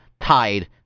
tied